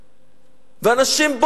מהודו.